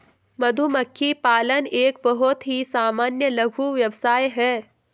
मधुमक्खी पालन एक बहुत ही सामान्य लघु व्यवसाय है